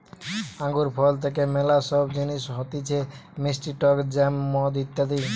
আঙ্গুর ফল থেকে ম্যালা সব জিনিস হতিছে মিষ্টি টক জ্যাম, মদ ইত্যাদি